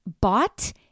bought